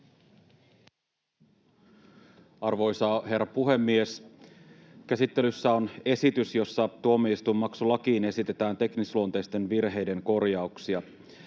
Arvoisa herra puhemies! Käsittelyssä on esitys, jossa tuomioistuinmaksulakiin esitetään teknisluonteisten virheiden korjauksia.